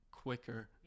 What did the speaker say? quicker